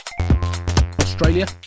Australia